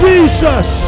Jesus